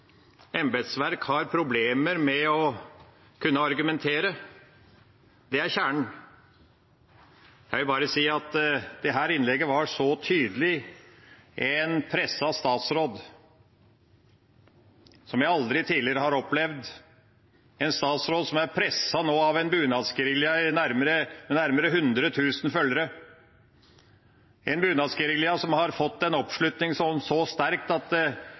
embetsverk har problemer med å kunne argumentere. Det er kjernen. Jeg vil bare si at dette innlegget var så tydelig fra en presset statsråd som jeg aldri tidligere har opplevd det – en statsråd som nå er presset av en bunadsgerilja med nærmere 100 000 følgere, en bunadsgerilja som har fått en oppslutning så sterk at